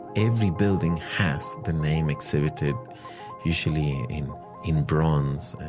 every building has the name exhibited usually in bronze